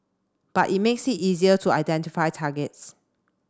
but it makes it easier to identify targets